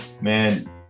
man